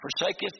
forsaketh